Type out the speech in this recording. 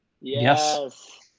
Yes